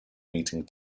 meeting